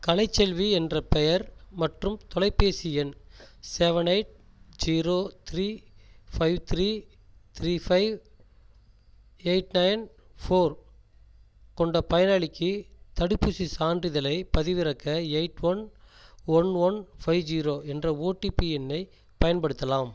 கலைச்செல்வி என்ற பெயர் மற்றும் தொலைப்பேசி எண் seven eight zero three five three three five eight nine four கொண்ட பயனாளிக்கு தடுப்பூசிச் சான்றிதழைப் பதிவிறக்க eight one one one five zero என்ற ஓடிபி எண்ணைப் பயன்படுத்தலாம்